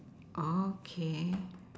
okay